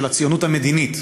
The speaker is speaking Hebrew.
של הציונות המדינית.